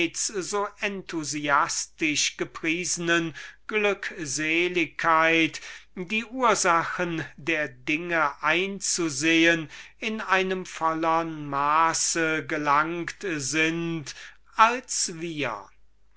enthusiastisch gepriesenen glückseligkeit die ursachen der dinge einzusehen in einem vollern maße gelangt sind als wir